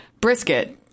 Brisket